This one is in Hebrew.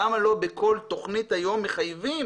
למה לא בכל תוכנית היום מחייבים